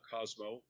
Cosmo